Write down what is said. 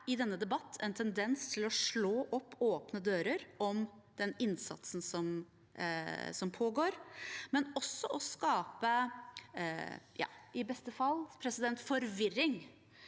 i denne debatten en tendens til å slå opp åpne dører om den innsatsen som pågår, og også å skape – i beste fall – forvirring